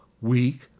weak